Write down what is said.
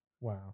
Wow